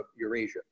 Eurasia